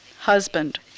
husband